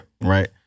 Right